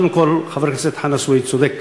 קודם כול, חבר הכנסת חנא סוייד צודק,